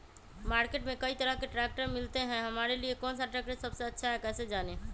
Market में कई तरह के ट्रैक्टर मिलते हैं हमारे लिए कौन सा ट्रैक्टर सबसे अच्छा है कैसे जाने?